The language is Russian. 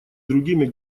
другими